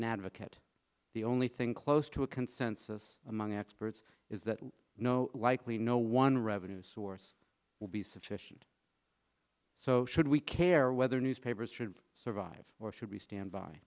an advocate the only thing close to a consensus among experts is that no likely no one revenue source will be sufficient so should we care whether newspapers should survive or should we stand by